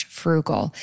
frugal